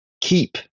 keep